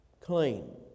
clean